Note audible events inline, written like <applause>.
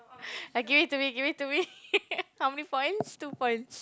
<laughs> give it to me give it to me <laughs> how many points two points